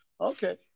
Okay